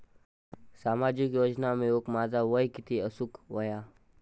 सामाजिक योजना मिळवूक माझा वय किती असूक व्हया?